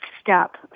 step